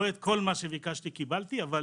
לא את כל מה שביקשתי קיבלתי, אבל